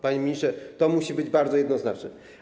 Panie ministrze, to musi być bardzo jednoznaczne.